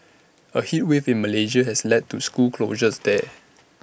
A heat wave in Malaysia has led to school closures there